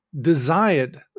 desired